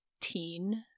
teen